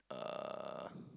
uh